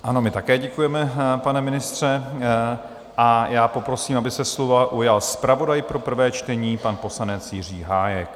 Ano, my také děkujeme, pane ministře, a já poprosím, aby se slova ujal zpravodaj pro prvé čtení, pan poslanec Jiří Hájek.